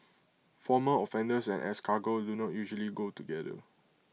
former offenders and escargot do not usually go together